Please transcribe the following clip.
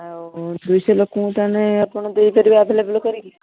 ଆଉ ଦୁଇଶହ ଲୋକଙ୍କୁ ତାହେଲେ ଆପଣ ଦେଇପାରିବେ ଆଭେଲେବଲ୍ କରିକି